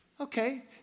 okay